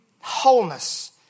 Wholeness